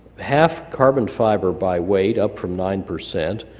half carbon fiber by weight up from nine percent,